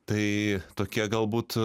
tai tokie galbūt